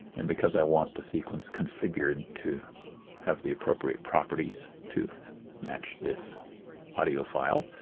and because i want the sequence configured to have the appropriate properties to match this audio file,